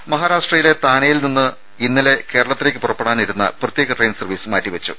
രുദ മഹാരാഷ്ട്രയിലെ താനെയിൽ നിന്ന് ഇന്നലെ കേരളത്തിലേക്ക് പുറപ്പെടാനിരുന്ന പ്രത്യേക ട്രെയിൻ സർവ്വീസ് മാറ്റിവെച്ചു